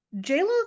j-lo